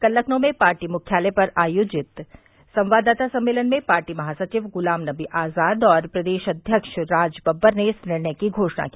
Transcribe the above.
कल लखनऊ में पार्टी मुख्यालय पर आयोजित संवाददाता सम्मेलन में पार्टी महासचिव गुलामनबी आज़ाद और प्रदेश अध्यक्ष राजबब्बर ने इस निर्णय की घोषणा की